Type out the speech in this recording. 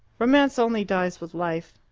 romance only dies with life.